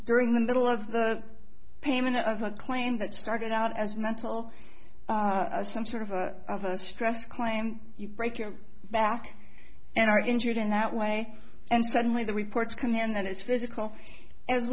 during the middle of the payment of a claim that started out as mental some sort of a of a stress claim you break your back and are injured in that way and suddenly the reports come in and it's physical as